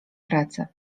pracy